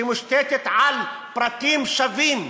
שמושתתת על פרטים שווים,